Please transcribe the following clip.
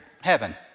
heaven